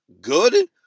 good